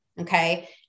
Okay